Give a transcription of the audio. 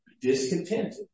discontented